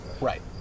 Right